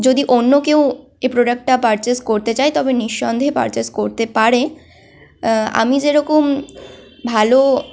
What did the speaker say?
যদি অন্য কেউ এই প্রোডাক্টটা পারচেস করতে চায় তবে নিঃসন্দেহে পারচেস করতে পারে আমি যেরকম ভালো